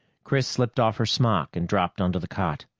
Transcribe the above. chris slipped off her smock and dropped onto the cot.